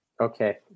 Okay